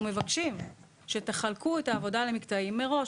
מבקשים שתחלקו את העבודה למקטעים מראש,